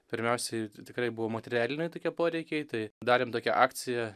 pirmiausiai tikrai buvo materialiniai tokie poreikiai tai darėm tokią akciją